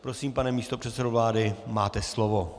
Prosím, pane místopředsedo vlády, máte slovo.